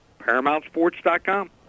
ParamountSports.com